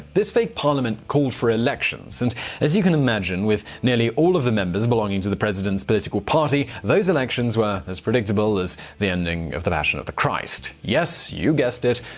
this fake parliament called for elections. as you can imagine, with nearly all of the members belonging to the president's political party, those elections were as predictable as the ending of the passion of the christ. yes, you guessed it!